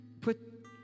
put